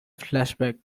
flashback